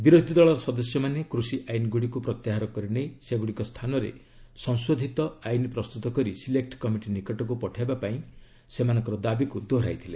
ବିରୋଧୀ ଦଳ ସଦସ୍ୟମାନେ କୁଷି ଆଇନ୍ଗୁଡ଼ିକୁ ପ୍ରତ୍ୟାହାର କରିନେଇ ସେଗୁଡ଼ିକ ସ୍ଥାନରେ ସଂଶୋଧୀନ ଆଇନ୍ ପ୍ରସ୍ତୁତ କରି ସିଲେକୁ କମିଟି ନିକଟକୁ ପଠାଇବା ପାଇଁ ସେମାନଙ୍କର ଦାବିକୁ ଦୋହରାଇଥିଲେ